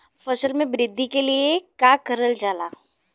फसल मे वृद्धि के लिए का करल जाला?